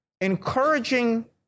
encouraging